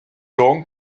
long